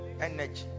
energy